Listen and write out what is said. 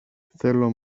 θέλω